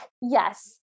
yes